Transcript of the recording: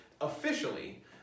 officially